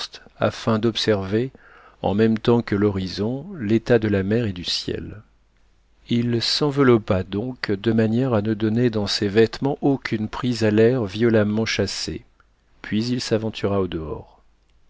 afin d'observer en même temps que l'horizon l'état de la mer et du ciel il s'enveloppa donc de manière à ne donner dans ses vêtements aucune prise à l'air violemment chassé puis il s'aventura au-dehors